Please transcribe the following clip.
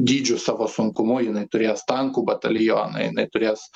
dydžiu savo sunkumu jinai turės tankų batalioną jinai turės